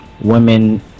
women